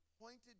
pointed